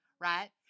right